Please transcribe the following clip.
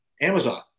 Amazon